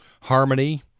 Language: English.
harmony